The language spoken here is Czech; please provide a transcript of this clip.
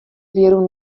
věru